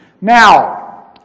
now